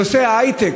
בהיי-טק,